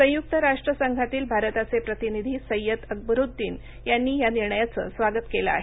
संयुक्त राष्ट्र संघातील भारताचे प्रतिनिधी सैय्यद अक्बरुद्दिन यानी या निर्णयाचं स्वागत केलं आहे